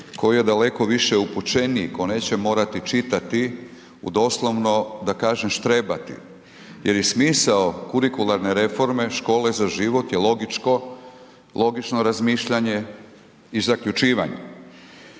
tko je daleko više upućeniji, tko neće morati čitati u doslovno da kažem štrebati. Jer je smisao kurikularne reforme „Škole za život“ je logičko, logično razmišljanje i zaključivanje.